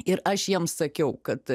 ir aš jiems sakiau kad